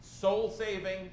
soul-saving